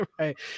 Right